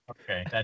Okay